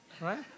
Right